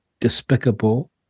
despicable